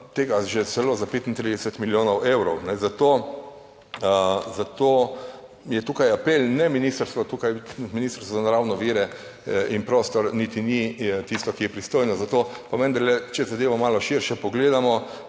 tega že celo za 35 milijonov evrov. Zato je tukaj apel, ne ministrstvo, tukaj Ministrstvo za naravne vire in prostor niti ni tisto, ki je pristojno za to, pa vendarle, če zadevo malo širše pogledamo,